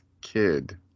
kid